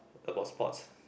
about sports